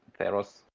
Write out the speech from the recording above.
Theros